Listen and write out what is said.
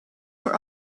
for